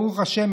ברוך השם,